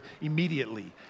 immediately